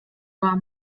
war